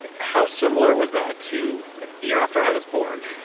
ah how similar was that to the year after i was born?